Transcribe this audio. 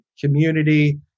community